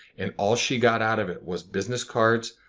and all she got out of it was business cards,